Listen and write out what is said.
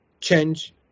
change